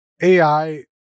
AI